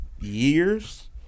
years